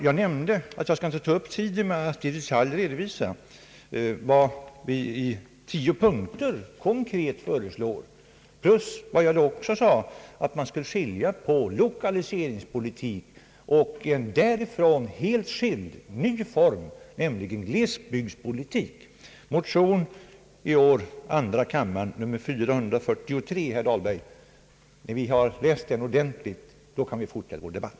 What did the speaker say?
Jag nämnde också att jag inte skall ta upp tiden med att i detalj redovisa vad vi från vårt parti i tio punkter konkret föreslår. Jag sade också att man skall skilja på lokaliseringspolitik och en från denna helt skild ny form, nämligen glesbygdspolitik. När vi ordentligt har läst motion II: 443 i år, herr Dahlberg, då kan vi fortsätta vår debatt.